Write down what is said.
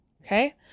Okay